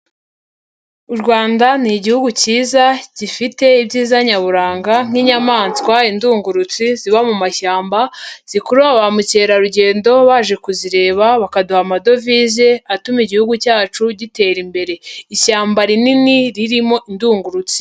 U Rwanda ni igihugu cyiza, gifite ibyiza nyaburanga nk'inyamaswa, indungurutsi, ziba mu mashyamba, zikurura ba mukerarugendo baje kuzireba bakaduha amadovize, atuma igihugu cyacu gitera imbere. Ishyamba rinini ririmo indungurutsi.